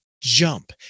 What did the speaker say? jump